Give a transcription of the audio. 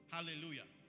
Hallelujah